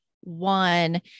one